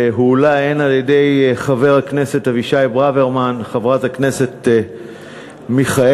שהועלה על-ידי חבר הכנסת אבישי ברוורמן וחברת הכנסת מיכאלי.